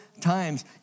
times